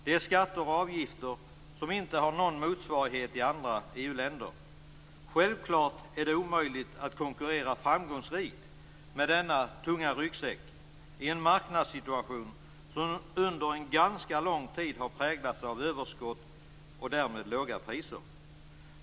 Det är skatter och avgifter som inte har någon motsvarighet i andra EU-länder. Självklart är det omöjligt att konkurrera framgångsrikt med denna tunga ryggsäck i en marknadssituation som under en ganska lång tid har präglats av överskott och därmed låga priser.